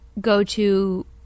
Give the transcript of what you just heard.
go-to